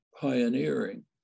pioneering